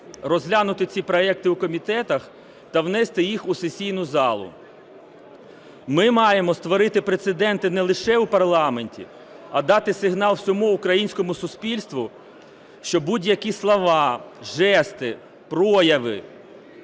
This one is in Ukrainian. розглянути ці проекти у комітетах та внести їх у сесійну залу. Ми маємо створити прецеденти не лише у парламенті, а дати сигнал всьому українському суспільству, що будь-які слова, жести, прояви,